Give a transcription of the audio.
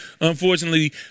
unfortunately